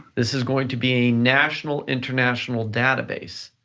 this is going to be a national, international database,